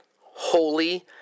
holy